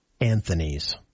Anthony's